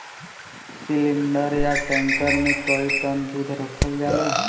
cylinder या tanker मे कई टन दूध रखल जाला